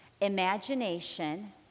imagination